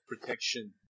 protection